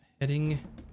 heading